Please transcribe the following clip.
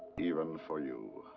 even for you.